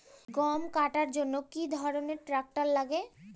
গম কাটার জন্য কি ধরনের ট্রাক্টার লাগে?